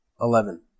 Eleven